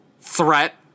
threat